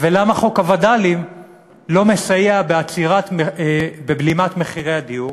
ולמה חוק הווד"לים לא מסייע בעצירת ובלימת מחירי הדיור,